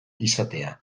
izatea